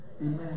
Amen